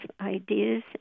ideas